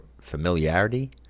familiarity